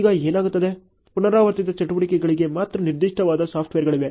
ಈಗ ಏನಾಗುತ್ತದೆ ಪುನರಾವರ್ತಿತ ಚಟುವಟಿಕೆಗಳಿಗೆ ಮಾತ್ರ ನಿರ್ದಿಷ್ಟವಾದ ತಂತ್ರಾಂಶಗಳಿವೆ